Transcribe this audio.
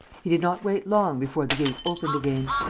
he did not wait long before the gate opened again.